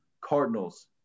Cardinals